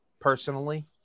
personally